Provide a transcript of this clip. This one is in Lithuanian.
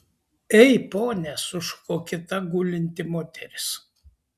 ei pone sušuko kita gulinti moteris